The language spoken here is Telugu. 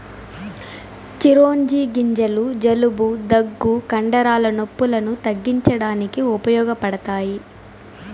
చిరోంజి గింజలు జలుబు, దగ్గు, కండరాల నొప్పులను తగ్గించడానికి ఉపయోగపడతాయి